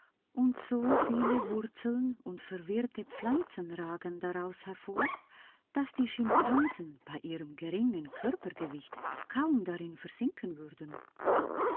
und soviele wurzeln und verwirrte pflanzen ragen daraus hervor daß die schimpansen bei ihrem geringen körpergewicht kaum darin versinken würden